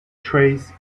trades